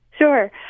Sure